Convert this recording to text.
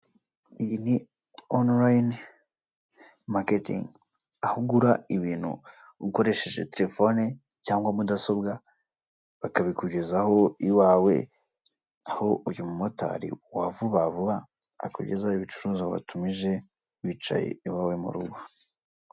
Iyi ni onurayini maketingi, aho ugura ibintu ukoresheje telefone cyangwa mudasobwa, bakabikugezaho iwawe, aho uyu mu motari wa vuba vuba akugezaho ibicuruzwa watumije, wicaye iwawe mu rugo.